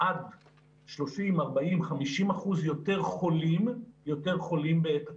עד 30%, 40%, 50% יותר חולים בעת הצורך,